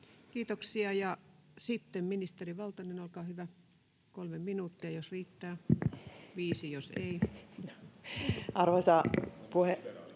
Kiitoksia. — Sitten ministeri Valtonen, olkaa hyvä. Kolme minuuttia, jos riittää — viisi, jos ei. [Kimmo